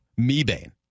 Mebane